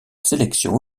sélection